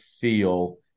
feel